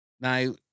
Now